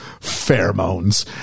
Pheromones